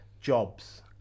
jobs